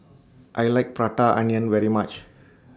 I like Prata Onion very much